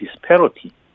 disparity